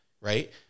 right